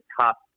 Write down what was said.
top